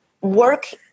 work